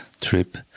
trip